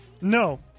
No